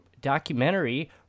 documentary